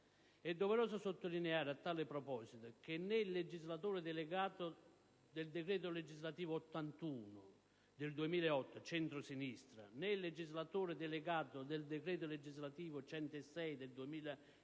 È doveroso sottolineare, a tale proposito, che né il legislatore delegato del decreto legislativo n. 81 del 2008 (centrosinistra), né il legislatore delegato del decreto legislativo n. 106 del 2009